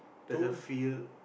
there's a field